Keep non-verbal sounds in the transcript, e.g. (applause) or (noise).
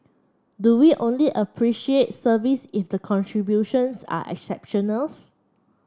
do we only appreciate service if the contributions are (unintelligible)